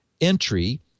entry